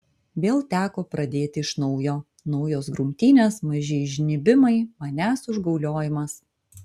vėl teko pradėti iš naujo naujos grumtynės maži įžnybimai manęs užgauliojimas